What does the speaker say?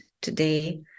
today